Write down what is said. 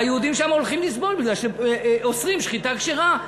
והיהודים שם הולכים לסבול כי אוסרים שחיטה כשרה,